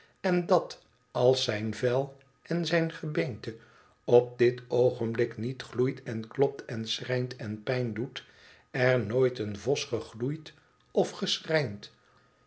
en dat als zijn vel en zijn gebeente op dit oogenblik niet gloeit en klopt en schrijnt en pijn doet er nooiteen vos gegloeid of